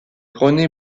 rené